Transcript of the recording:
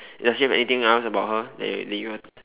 does she have anything else about her that you that you want